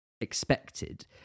expected